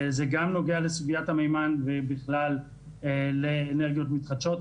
זה גם נוגע לסוגיית המימן ובכלל לאנרגיות מתחדשות.